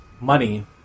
money